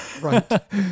Right